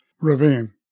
ravine